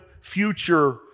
future